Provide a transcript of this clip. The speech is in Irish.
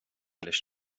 leis